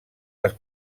les